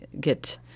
get